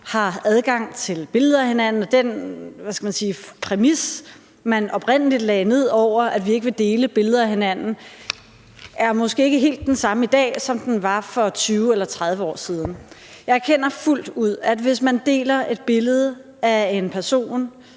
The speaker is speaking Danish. har adgang til billeder af hinanden, og den præmis, man oprindelig lagde ned over det, om, at vi ikke ville dele billeder af hinanden, er måske ikke helt den samme i dag, som den var for 20 eller 30 år siden. Jeg erkender fuldt ud, at hvis man deler et billede af en person,